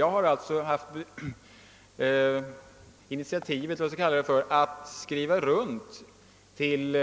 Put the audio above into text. Jag har skrivit runt till